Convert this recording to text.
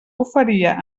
oferia